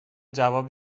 جواب